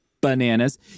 Bananas